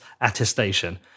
attestation